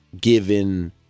given